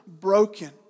broken